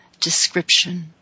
description